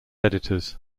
editors